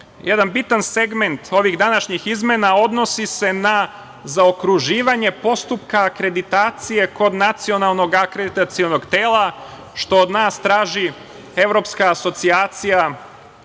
bitan segment ovih današnjih izmena odnosi se na zaokruživanje postupka akreditacije kod nacionalnog akreditacionog tela, što od nas traži Evropska asocijacija